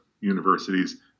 universities